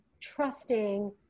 trusting